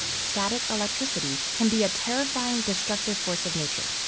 static electricity can be a terrifying, destructive force of nature.